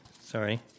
Sorry